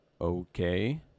Okay